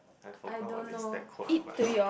I forgot what is that quote but